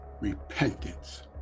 repentance